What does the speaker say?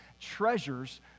treasures